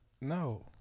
No